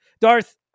Darth